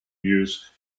use